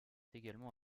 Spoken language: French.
également